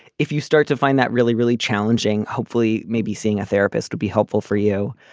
if you start to find that really really challenging hopefully maybe seeing a therapist would be helpful for you.